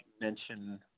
mention